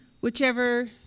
whichever